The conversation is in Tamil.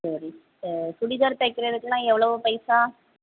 சரி சுடிதார் தைக்கிறதுக்கெல்லாம் எவ்வளோ பைசா